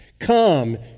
Come